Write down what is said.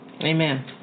Amen